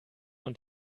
und